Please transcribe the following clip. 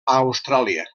austràlia